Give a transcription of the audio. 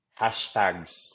hashtags